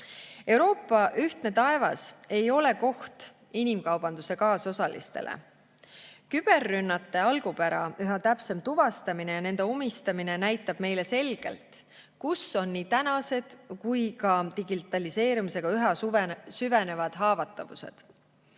Euroopa ühtne taevas ei ole koht inimkaubanduse kaasosalistele. Küberrünnete algupära üha täpsem tuvastamine ja nende omistamine näitab meile selgelt, kus on nii tänased kui ka digitaliseerimisega üha süvenevad haavatavused. Korruptsiooni